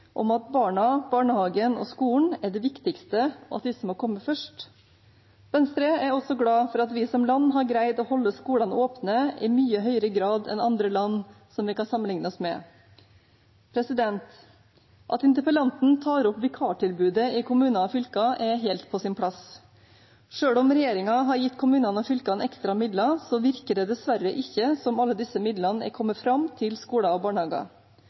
om at barna, barnehagen og skolen er det viktigste, og at disse må komme først. Venstre er også glad for at vi som land har greid å holde skolene åpne i mye høyere grad enn andre land som vi kan sammenligne oss med. At interpellanten tar opp vikartilbudet i kommuner og fylker, er helt på sin plass. Selv om regjeringen har gitt kommunene og fylkene ekstra midler, virker det dessverre ikke som alle disse midlene er kommet fram til skoler og barnehager.